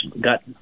got